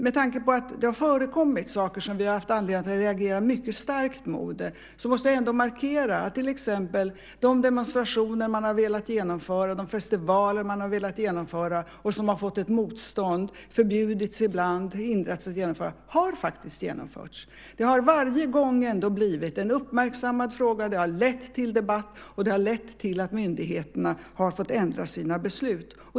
Med tanke på att det har förekommit saker som vi har haft anledning att reagera mycket starkt emot måste jag ändå markera att till exempel de demonstrationer man velat genomföra och de festivaler man har velat genomföra som har mött motstånd, förbjudits ibland och hindrats i en del fall faktiskt har genomförts. Det har varje gång ändå blivit en uppmärksammad fråga. Det har lett till debatt, och det har lett till att myndigheterna har fått ändra sina beslut.